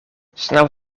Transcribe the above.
snel